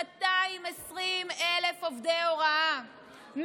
220,000 עובדי הוראה,